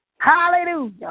Hallelujah